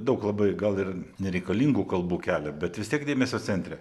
daug labai gal ir nereikalingų kalbų kelia bet vis tiek dėmesio centre